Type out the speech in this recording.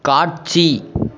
காட்சி